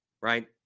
right